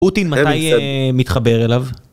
פוטין... מתי אה... מתחבר אליו?